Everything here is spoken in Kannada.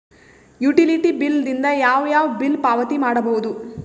ಯುಟಿಲಿಟಿ ಬಿಲ್ ದಿಂದ ಯಾವ ಯಾವ ಬಿಲ್ ಪಾವತಿ ಮಾಡಬಹುದು?